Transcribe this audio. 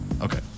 Okay